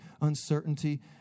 uncertainty